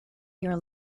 your